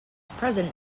present